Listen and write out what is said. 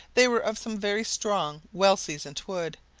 they were of some very strong, well-seasoned wood,